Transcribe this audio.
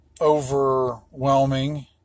overwhelming